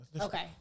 Okay